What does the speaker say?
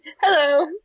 Hello